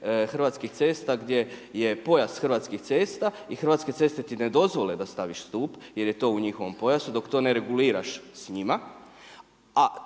Hrvatskih cesta gdje je pojas Hrvatskih cesta i Hrvatske ceste ti ne dozvole da staviš stup jer je to u njihovom pojasu, dok to ne reguliraš s njima.